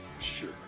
Sure